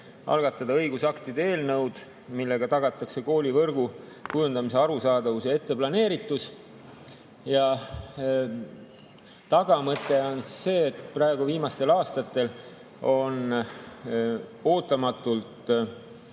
algatada õigusaktide eelnõud, millega tagatakse koolivõrgu kujundamise arusaadavus ja etteplaneeritus. Taust on see, et viimastel aastatel on ootamatult